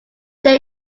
there